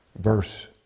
verse